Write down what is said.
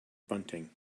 bunting